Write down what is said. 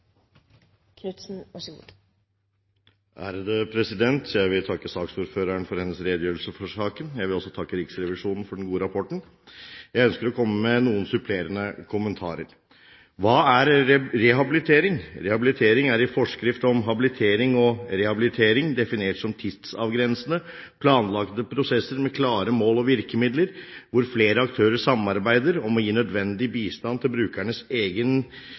Jeg vil takke saksordføreren for hennes redegjørelse i saken. Jeg vil også takke Riksrevisjonen for den gode rapporten. Jeg ønsker å komme med noen supplerende kommentarer. Hva er rehabilitering? Rehabilitering er i forskrift om habilitering og rehabilitering definert som tidsavgrensende, planlagte prosesser med klare mål og virkemidler, hvor flere aktører samarbeider om å gi nødvendig bistand til brukerens egen innsats for å oppnå best mulig funksjons- og mestringsevne, selvstendighet og deltakelse sosialt og i